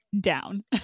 down